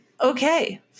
Okay